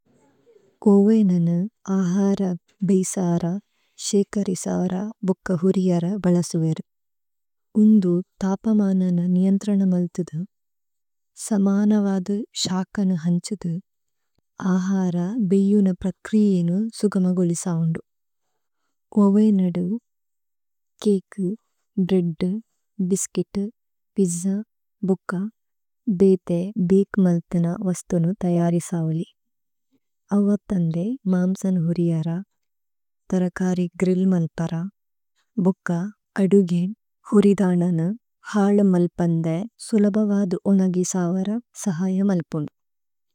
ഓവേ നന അഹര ബി സര, šēകരി സര, ബുക്ക ഹുരിയര ബലസു വേരു। ഉന്ദു തപമനന നിയന്ത്രന മല്ഥിദു, സമനവദു ശകനു ഹന്ഛിദു, അഹര ബിയുന പ്രക്രിയേലേ സുഗമഗുലി സൌന്ദു। ഓവേ നദു കേക്കു, ബ്രേദ്ദു, ബിസ്കിത്തു, പിജ്ജ, ബുക്ക, ബേതേ, ബിക് മല്ഥന വസ്തുനു തയരി സൌലി। ഓവതന്ദേ മമ്സന് ഹുരിയര, തരകരി ഗ്രില്ല് മല്ഥര, ബുക്ക അദുഗേ, ഹുരിദനന, ഹല മല്പന്ദേ, സുലഭവദ ഉനഗി സവര സഹയ മല്പുനു।